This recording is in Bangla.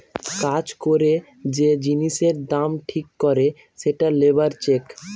কাজ করে যে জিনিসের দাম ঠিক করে সেটা লেবার চেক